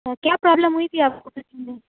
کیا پرابلم ہوئی تھی آپ کو فٹنگ میں